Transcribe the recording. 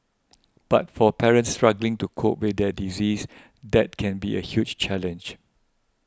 but for parents struggling to cope with their disease that can be a huge challenge